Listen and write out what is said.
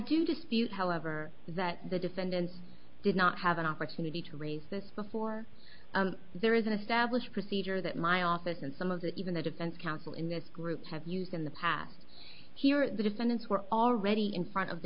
dispute however that the defendant did not have an opportunity to raise this before there is an established procedure that my office and some of the even the defense counsel in this group have used in the past here the defendants who are already in front of the